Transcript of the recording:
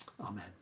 Amen